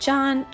John